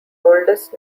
oldest